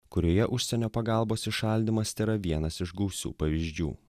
kurioje užsienio pagalbos įšaldymas tėra vienas iš gausių pavyzdžių